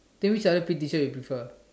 then which other P_E teacher you prefer